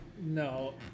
No